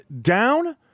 down